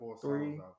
three